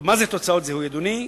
מה זה תוצאות זיהוי, אדוני?